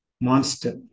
Monster